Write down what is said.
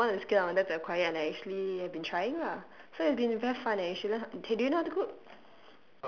and that was one of the skill I wanted to acquire and I actually have been trying lah so it's been very fun eh you should learn how do you know how to cook